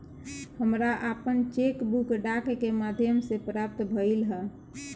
हमरा आपन cheque book डाक के माध्यम से प्राप्त भइल ह